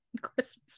Christmas